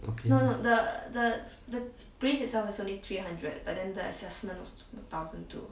okay lor